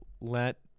let –